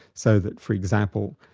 so that for example,